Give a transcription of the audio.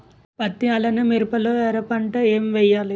పత్తి అలానే మిరప లో ఎర పంట ఏం వేయాలి?